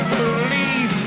believe